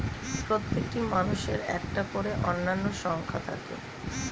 প্রত্যেকটি মানুষের একটা করে অনন্য সংখ্যা থাকে